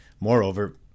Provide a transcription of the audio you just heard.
Moreover